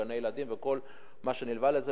גני-ילדים וכל מה שנלווה לזה.